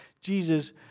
Jesus